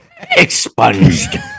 expunged